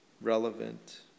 relevant